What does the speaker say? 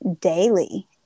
daily